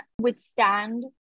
withstand